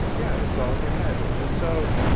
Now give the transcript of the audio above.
yeah. it's all in your head. and so,